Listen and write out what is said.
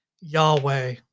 Yahweh